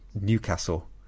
newcastle